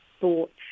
thoughts